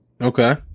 Okay